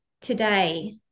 today